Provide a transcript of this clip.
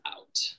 out